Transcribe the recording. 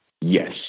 Yes